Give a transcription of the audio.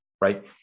right